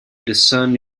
discern